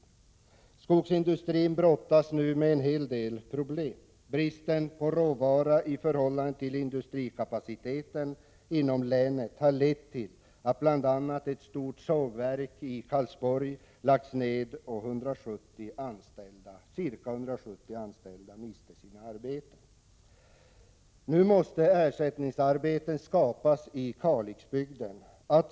Men skogsindustrin brottas nu med en hel del problem. Bristen på råvara i förhållande till industrikapaciteten inom länet har lett till att bl.a. ett stort sågverk i Karlsborg lagts ned och ca 170 anställda mist sina arbeten. Nu måste ersättningsarbeten skapas i Kalixbygden.